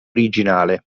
originale